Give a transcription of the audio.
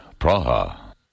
Praha